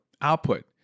output